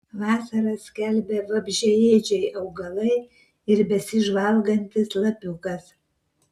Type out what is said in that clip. vasarą skelbia vabzdžiaėdžiai augalai ir besižvalgantis lapiukas